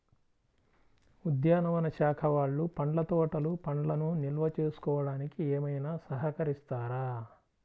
ఉద్యానవన శాఖ వాళ్ళు పండ్ల తోటలు పండ్లను నిల్వ చేసుకోవడానికి ఏమైనా సహకరిస్తారా?